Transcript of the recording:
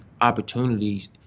opportunities